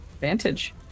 Vantage